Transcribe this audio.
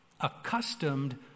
accustomed